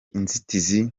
inzitizi